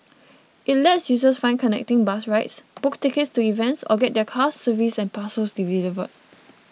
it lets users find connecting bus rides book tickets to events or get their cars serviced and parcels delivered